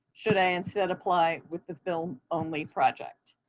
should i instead apply with the film only project?